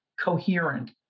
coherent